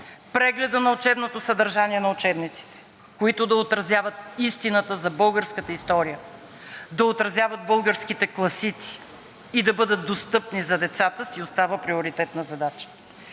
прегледът на учебното съдържание на учебниците, които да отразяват истината за българската история, да отразяват българските класици и да бъдат достъпни за децата, си остава приоритетна задача,